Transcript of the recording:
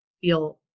feel